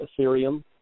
Ethereum